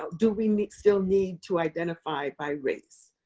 do we need still need to identify by race?